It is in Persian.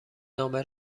نامه